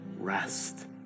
Rest